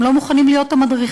הם לא מוכנים להיות המדריכים,